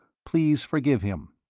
please forgive him.